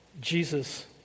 Jesus